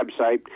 website